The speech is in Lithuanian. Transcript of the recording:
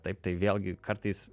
taip tai vėlgi kartais